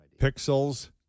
Pixels